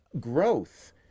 growth